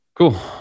Cool